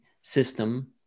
system